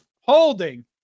holding